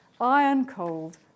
iron-cold